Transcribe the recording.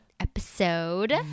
episode